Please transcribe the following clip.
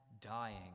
dying